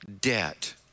debt